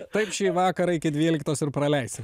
taip šį vakarą iki dvyliktos ir praleisim